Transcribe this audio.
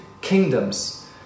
kingdoms